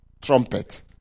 trumpet